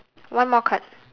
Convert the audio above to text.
one more card